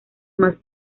más